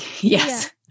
Yes